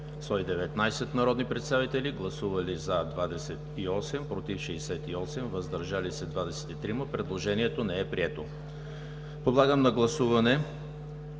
119 народни представители: за 28, против 68, въздържали се 23. Предложението не е прието. Подлагам на гласуване